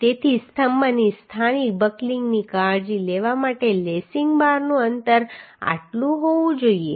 તેથી સ્તંભની સ્થાનિક બકલિંગની કાળજી લેવા માટે લેસિંગ બારનું અંતર આટલું હોવું જોઈએ